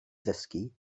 ddysgu